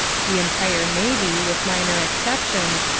the entire navy, with minor exceptions,